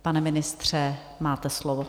Pane ministře, máte slovo.